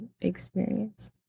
experience